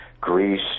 greece